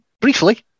briefly